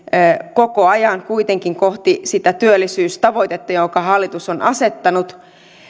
koko ajan kuitenkin kohti sitä työllisyystavoitetta jonka hallitus on asettanut